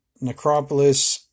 Necropolis